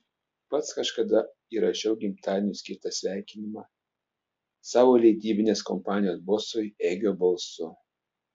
pats kažkada įrašiau gimtadieniui skirtą sveikinimą savo leidybinės kompanijos bosui egio balsu